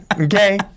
Okay